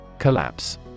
Collapse